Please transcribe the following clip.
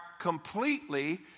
completely